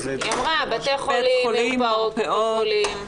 היא אמרה: בתי חולים, מרפאות, קופות חולים.